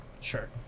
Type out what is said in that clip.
sure